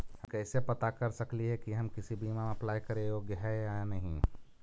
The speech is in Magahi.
हम कैसे पता कर सकली हे की हम किसी बीमा में अप्लाई करे योग्य है या नही?